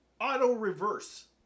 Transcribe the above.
auto-reverse